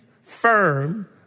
firm